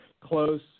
close